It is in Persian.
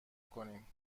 کنیم